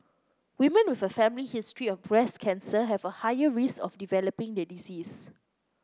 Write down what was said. women with a family history of breast cancer have a higher risk of developing the disease